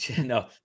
No